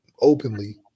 openly